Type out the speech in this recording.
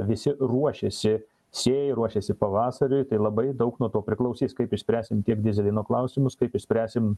visi ruošėsi sėjai ruošėsi pavasariui tai labai daug nuo to priklausys kaip išspręsim tiek dyzelino klausimus kaip išspręsim